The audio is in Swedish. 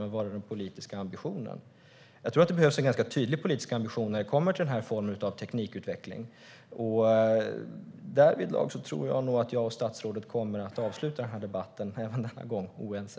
Men var är den politiska ambitionen? Jag tror att det behövs en ganska tydlig politisk ambition när det gäller den här formen av teknikutveckling. Därvidlag tror jag att jag och statsrådet även den här gången kommer att avsluta debatten med att vara oense.